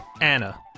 Anna